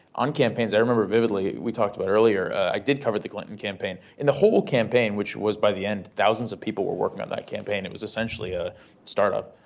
on campaigns, i remember vividly, we talked about earlier. i did cover the clinton campaign. in the whole campaign, which was by the end thousands of people were working on that campaign. it was essentially a startup,